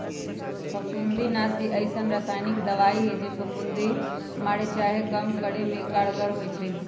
फफुन्दीनाशी अइसन्न रसायानिक दबाइ हइ जे फफुन्दी मारे चाहे कम करे में कारगर होइ छइ